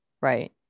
right